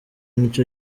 nico